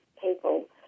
people